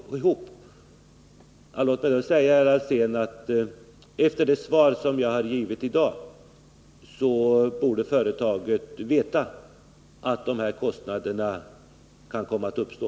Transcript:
Då vill jag säga till herr Alsén att efter det svar som jag har givit i dag så borde företaget veta att de här kostnaderna kan komma att uppstå.